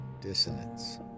dissonance